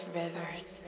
rivers